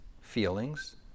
feelings